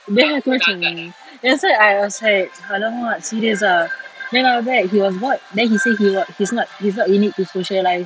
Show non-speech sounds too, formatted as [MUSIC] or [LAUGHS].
then [LAUGHS] aku macam that's why I was like !alamak! serious ah then after that he was bored then he said he's not he's not in it to socialise